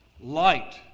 light